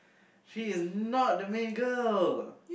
she is not the main girl